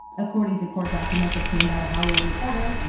according to court documents obtained by the hollywood reporter,